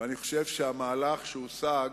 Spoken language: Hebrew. ואני חושב שהמהלך שהושג